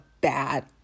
bad